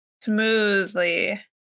smoothly